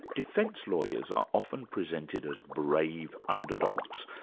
defence lawyers are often presented as brave underdogs,